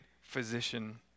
physician